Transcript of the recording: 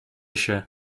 się